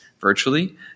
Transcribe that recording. virtually